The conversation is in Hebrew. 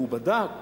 הוא בדק,